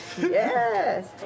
Yes